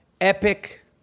epic